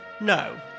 no